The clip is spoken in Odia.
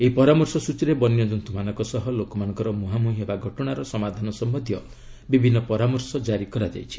ଏହି ପରାମର୍ଶ ସ୍ଟଚୀରେ ବନ୍ୟଜନ୍ତୁମାନଙ୍କ ସହ ଲୋକମାନଙ୍କର ମୁହାଁମୁହିଁ ହେବା ଘଟଣାର ସମାଧାନ ସମ୍ବନ୍ଧୟୀ ବିଭିନ୍ନ ପରାମର୍ଶ ଜାରି କରାଯାଇଛି